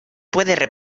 puede